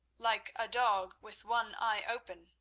like a dog with one eye open,